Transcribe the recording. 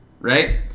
right